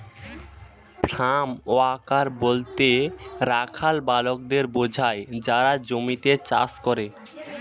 farm worker বলতে রাখাল বালকদের বোঝায় যারা জমিতে চাষ করে